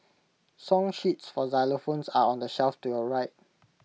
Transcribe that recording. song sheets for xylophones are on the shelf to your right